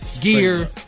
gear